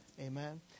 Amen